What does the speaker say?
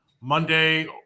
Monday